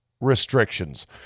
restrictions